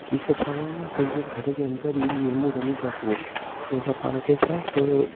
हीअ सभु पाण आहे न पंहिंजे घर जे अंदरि ई गेमूं रमी था सघूं जंहिंसां पाण खे छा आहे हिकु